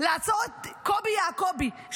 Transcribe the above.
לעצור את קובי יעקובי,